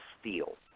steal